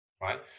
right